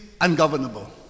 ungovernable